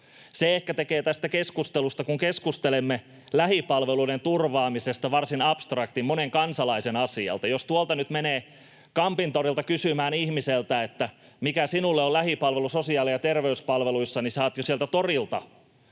Se ehkä tekee tästä keskustelusta, kun keskustelemme lähipalveluiden turvaamisesta, varsin abstraktin monen kansalaisen kannalta. Jos tuolta nyt menee Kampintorilta kysymään ihmiseltä, mikä sinulle on lähipalvelu sosiaali- ja terveyspalveluissa, niin saat jo sieltä torilta